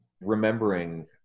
remembering